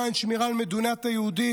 למען שמירה על היהודים,